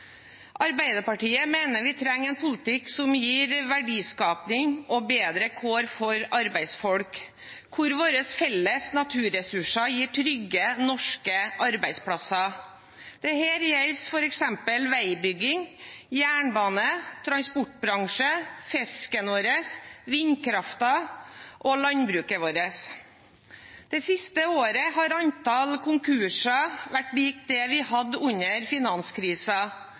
Arbeiderpartiet mener vi trenger en politikk som gir verdiskaping og bedre kår for arbeidsfolk, hvor våre felles naturressurser gir trygge norske arbeidsplasser. Dette gjelder f.eks. veibygging, jernbane, transportbransjen, fisken vår, vindkraften og landbruket vårt. Det siste året har antallet konkurser vært likt det vi hadde under